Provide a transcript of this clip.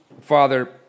Father